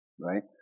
right